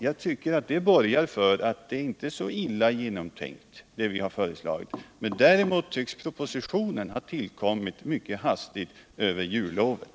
Jag tycker att detta borgar för att vårt förslag inte är så illa genomtänkt. Däremot tycks propositionen ha tillkommit mycket hastigt över jullovet.